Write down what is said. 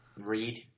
read